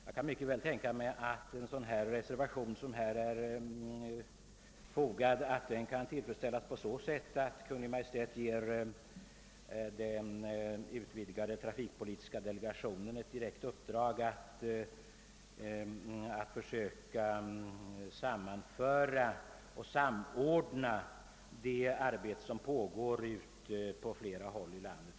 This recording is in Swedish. Jag kan mycket väl tänka mig att reservanternas önskemål kunde tillgodoses på så sätt att Kungl. Maj:t ger den utvidgade trafikpolitiska delegationen ett direkt uppdrag att försöka samordna det arbete som pågår på flera håll ute i landet.